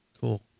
Cool